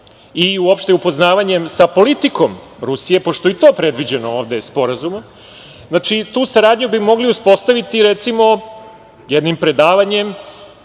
i uopšte upoznavanjem sa politikom Rusije, pošto je i to predviđeno ovde Sporazumom, znači tu saradnju bi mogli uspostaviti, recimo, jednim predavanjem